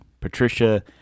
Patricia